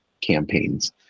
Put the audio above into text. campaigns